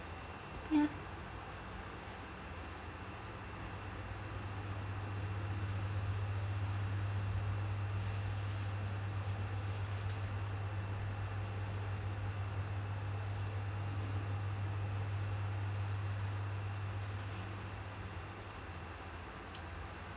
ya